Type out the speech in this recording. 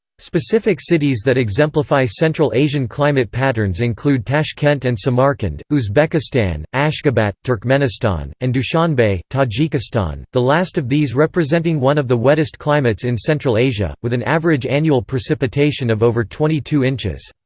specific cities that exemplify central asian climate patterns include tashkent and samarkand, uzbekistan, ashgabat, turkmenistan, and dushanbe, tajikistan, the last of these representing one of the wettest climates in central asia, with an average annual precipitation of over twenty two inches.